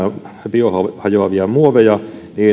biohajoavia muoveja